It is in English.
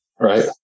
Right